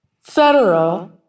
federal